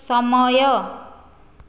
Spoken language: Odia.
ସମୟ